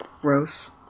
Gross